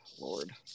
lord